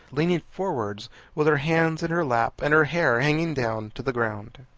leaning forwards with her hands in her lap, and her hair hanging down to the ground.